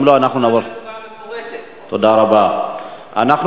אם לא, אנחנו נעבור, תודה רבה על התשובה המפורטת.